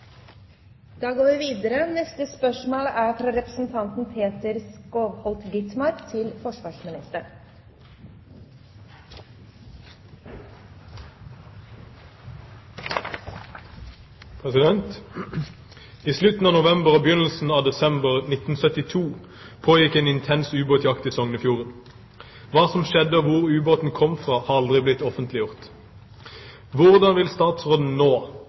vi kan. Dette spørsmålet er utsatt til neste spørretime. «I slutten av november og begynnelsen av desember 1972 pågikk en intens ubåtjakt i Sognefjorden. Hva som skjedde, og hvor ubåten kom fra, har aldri blitt offentliggjort. Hvordan vil statsråden nå,